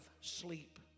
sleep